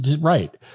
Right